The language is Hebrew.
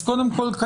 אז קודם כל,